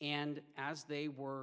and as they were